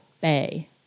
bay